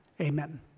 Amen